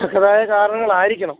തക്കതായ കാരണങ്ങളായിരിക്കണം